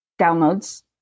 downloads